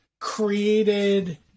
created